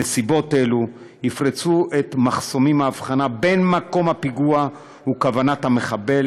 נסיבות אלו יפרצו את מחסומי ההבחנה בין מקום הפיגוע וכוונת המחבל,